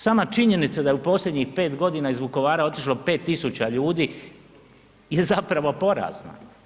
Sama činjenica da je u posljednjih 5 godina iz Vukovara otišlo 5 tisuća ljudi je zapravo porazna.